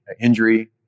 injury